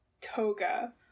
toga